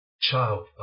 child